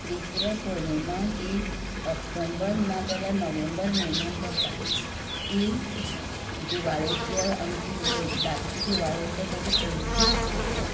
त्रिपुरा पोर्णिमा ही ऑक्टोंबर नाजाल्यार नोव्हेंबर म्हयन्याक येता ती दिवाळेच्या आमची ती व्होळ धाकटी दिवाळी आसता तेच्या पयले दीस करतात